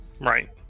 right